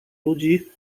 ludzi